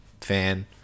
fan